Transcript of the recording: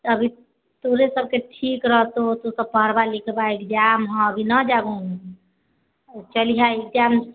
अभी तोरे सबके ठीक रहतौ तू सब पढबे लिखबे एग्जाम हउ अभी ना जबहू चलिहे एग्जाम